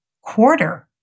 quarter